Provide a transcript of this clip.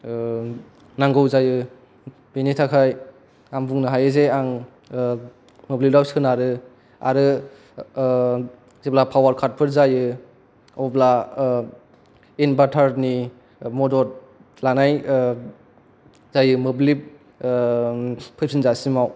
नांगौ जायो बिनि थाखाय आं बुंनो हायो जे आं मोब्लिदाव सोनारो आरो जेब्ला पावार काथफोर जायो आब्ला इनबातारनि मदद लानाय जायो मोब्लिब फैफिन जासिमाव